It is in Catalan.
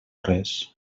res